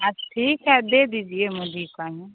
अब ठीक है दे दीजिए मोदी को ही